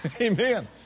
Amen